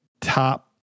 top